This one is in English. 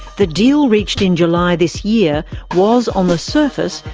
the deal reached in july this year was, on the surface,